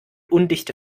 undichte